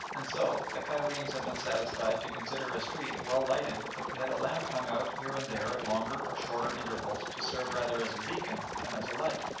and so the cairenes had been satisfied to consider a street well lighted if it had a lamp hung out here and there at longer or shorter intervals to serve rather as a beacon than as a light.